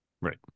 Right